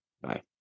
Bye